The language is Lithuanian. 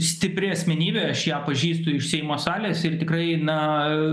stipri asmenybė aš ją pažįstu iš seimo salės ir tikrai na